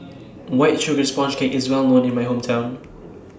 White Sugar Sponge Cake IS Well known in My Hometown